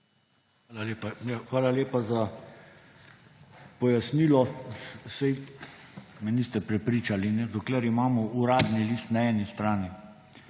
Hvala lepa za pojasnilo. Saj me niste prepričali, dokler imamo Uradni list na eni strani